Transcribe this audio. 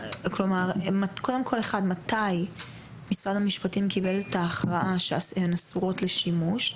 קודם כל מתי משרד המשפטים קיבל את ההכרעה שהן אסורות לשימוש.